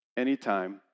anytime